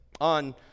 on